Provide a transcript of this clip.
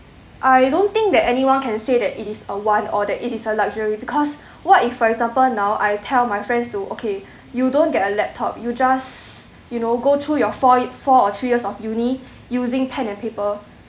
I don't think that anyone can say that it is a want or it is a luxury because what if for example now I tell my friends to okay you don't get a laptop you just you know go through your four four or three years of uni using pen and paper